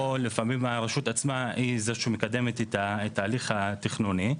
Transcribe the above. או לפעמים הרשות עצמה היא זו שמקדמת איתה את ההליך התכנוני.